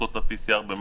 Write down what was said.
בדיקות אלו מיועדות